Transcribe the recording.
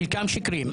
חלקם שקריים.